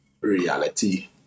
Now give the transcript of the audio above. reality